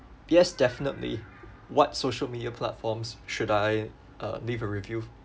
yes definitely what social media platforms should I uh leave a review